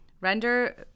Render